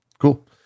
Cool